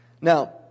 Now